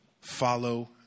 follow